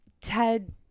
Ted